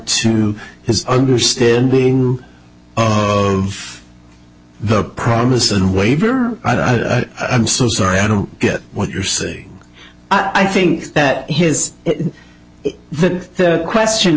to his understanding of the promise and waiver i'm so sorry i don't get what you're saying i think that his the question